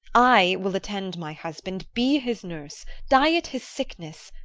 i will attend my husband, be his nurse, diet his sickness,